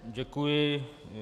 Děkuji.